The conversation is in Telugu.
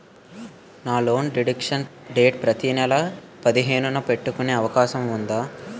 నా లోన్ డిడక్షన్ డేట్ ప్రతి నెల పదిహేను న పెట్టుకునే అవకాశం ఉందా?